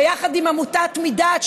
ביחד עם עמותת מדעת,